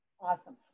awesome